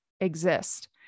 exist